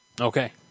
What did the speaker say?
Okay